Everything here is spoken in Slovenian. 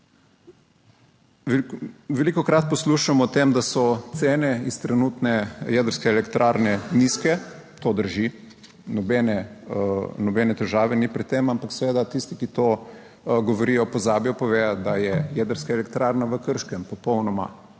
Velikokrat poslušamo o tem, da so cene iz trenutne jedrske elektrarne nizke, to drži. Nobene težave ni pri tem, ampak seveda tisti, ki to govorijo, pozabijo povedati, da je jedrska elektrarna v Krškem popolnoma